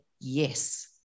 yes